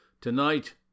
Tonight